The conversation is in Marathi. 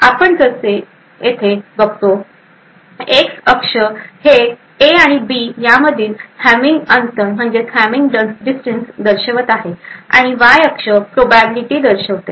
आणि जसे आपण येथे बघतो एक्स अक्ष हे ए आणि बी यामधील हॅमिंग अंतर दर्शवत आहे आणि वाय अक्ष प्रोबबिलिटी दर्शवते